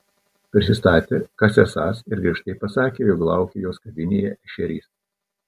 prisistatė kas esąs ir griežtai pasakė jog laukia jos kavinėje ešerys